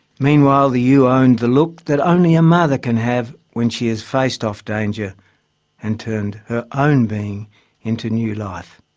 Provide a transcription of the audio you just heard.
meanwhile the ewe owned the look that only a mother can have when she has faced off danger and turned her own being into new life.